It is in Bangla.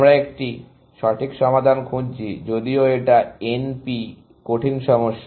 আমরা একটি সঠিক সমাধান খুঁজছি যদিও এটা NP কঠিন সমস্যা